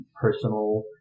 personal